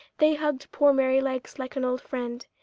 they hugged poor merrylegs like an old friend,